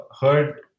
heard